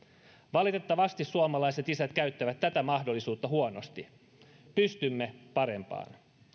valitettavasti suomalaiset isät käyttävät tätä mahdollisuutta huonosti pystymme parempaan